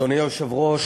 אדוני היושב-ראש,